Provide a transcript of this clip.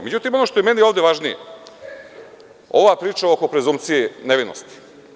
Međutim, ono što je meni ovde važnije, ova priča oko prezumkcije nevinosti.